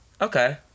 Okay